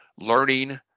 learning